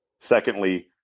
Secondly